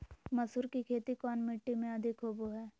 मसूर की खेती कौन मिट्टी में अधीक होबो हाय?